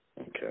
okay